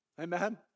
Amen